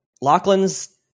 Lachlan's